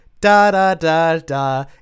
da-da-da-da